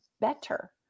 better